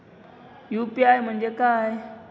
UPI म्हणजे काय?